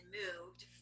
moved